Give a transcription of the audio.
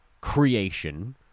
creation